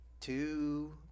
two